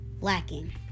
Lacking